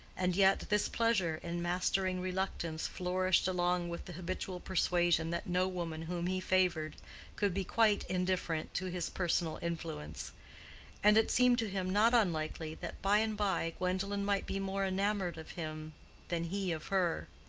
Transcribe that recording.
and yet this pleasure in mastering reluctance flourished along with the habitual persuasion that no woman whom he favored could be quite indifferent to his personal influence and it seemed to him not unlikely that by-and-by gwendolen might be more enamored of him than he of her.